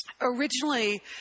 originally